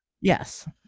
yes